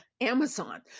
Amazon